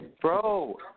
Bro